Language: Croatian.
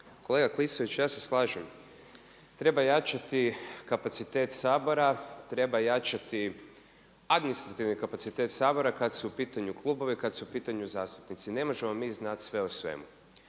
Kolega Klisović, ja se slažem treba jačati kapacitet Sabora, treba jačati administrativni kapacitet Sabora kad su u pitanju klubovi, kad su u pitanju zastupnici. Ne možemo mi znati sve o svemu.